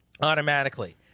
Automatically